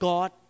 God